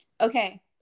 Okay